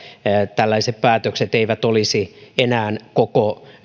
tällaiset päätökset eivät olisi enää koko